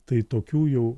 tai tokių jau